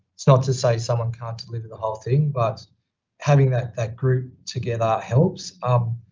it's not to say someone can't deliver the whole thing, but having that that group together helps. um,